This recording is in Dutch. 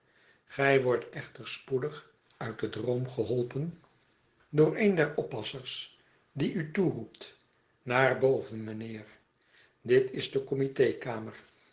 gij wordt echter spoedig uit den droom geholpen door een der oppassers die u toeroept naar boven mijnheer dit is de